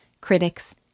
Critics